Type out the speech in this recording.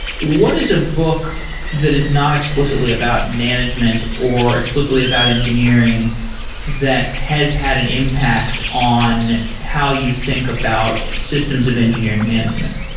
what is a book that is not explicitly about management or explicitly about engineering that has had an impact on how you think about systems of engineering management?